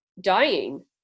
dying